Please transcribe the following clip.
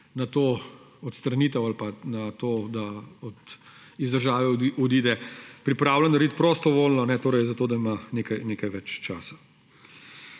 na to odstranitev – ali pa to, da iz države odide, pripravljen narediti prostovoljno; torej zato, da ima nekaj več časa.